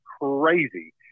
crazy